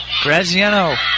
Graziano